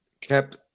kept